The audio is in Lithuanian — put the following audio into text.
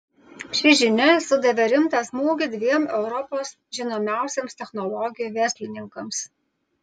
ši žinia sudavė rimtą smūgį dviem europos žinomiausiems technologijų verslininkams